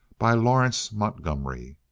by lawrence montgomery.